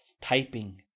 typing